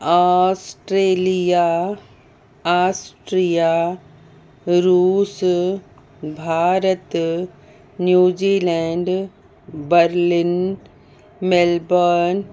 Australia Austria रुस Bharat New Zealand Berlin Melbourne